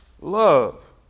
Love